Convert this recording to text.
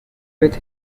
with